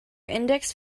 index